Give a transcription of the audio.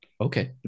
okay